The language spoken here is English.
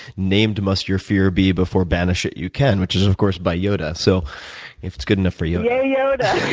named must your fear be before banish it you can, which is, of course, by yoda so if it's good enough for yoda, yay, yoda.